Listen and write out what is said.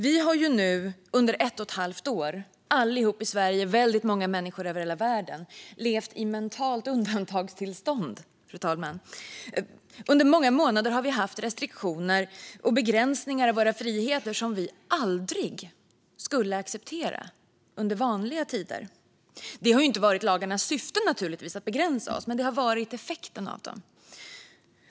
Vi har nu under ett och ett halvt år, allihop i Sverige och väldigt många människor över hela världen, levt i ett mentalt undantagstillstånd, fru talman. Under många månader har vi haft restriktioner och begränsningar i våra friheter som vi aldrig skulle acceptera i vanliga tider. Det har naturligtvis inte varit lagarnas syfte att begränsa oss, men det har varit effekten av dem.